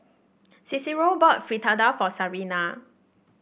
Cicero bought Fritada for Sarina